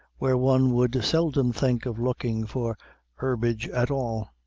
where one would seldom think of looking for herbage at all.